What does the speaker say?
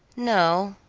no,